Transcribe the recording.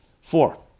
Four